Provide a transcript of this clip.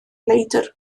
leidr